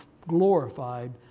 glorified